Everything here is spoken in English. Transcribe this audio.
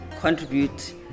contribute